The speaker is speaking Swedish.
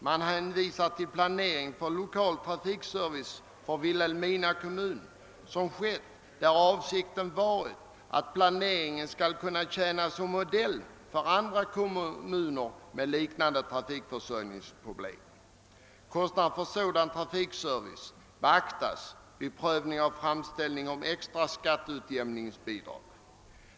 Man hänvisar till den planering för lokal trafikservice för Vilhelmina kommun som skett, där avsikten varit, att planeringen skall kunna tjäna som modell för andra kommuner med liknande = trafikförsörjningsproblem. Kostnaderna för sådan trafikservice beaktas vid prövningen av framställning om extra skatteutjämningsbidrag.